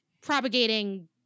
propagating